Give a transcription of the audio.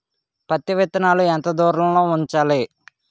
పత్తి విత్తనాలు ఎంత దూరంలో ఉంచాలి?